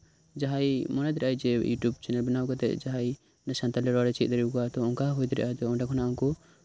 ᱡᱟᱦᱟᱭ ᱢᱚᱱᱮ ᱜᱮᱭᱟᱭ ᱡᱮ ᱤᱭᱩᱴᱩᱵᱽ ᱪᱮᱱᱮᱞ ᱵᱮᱱᱟᱣ ᱠᱟᱛᱮᱫ ᱡᱟᱦᱟᱭ ᱥᱟᱱᱛᱟᱞᱤ ᱨᱚᱲ ᱮ ᱪᱮᱫ ᱫᱟᱲᱮ ᱟᱠᱚᱣᱟ ᱛᱚ ᱚᱱᱠᱟ ᱦᱳᱭ ᱫᱟᱲᱮᱭᱟᱜᱼᱟ ᱚᱸᱰᱮ ᱠᱷᱚᱱᱟᱜ ᱩᱱᱠᱩ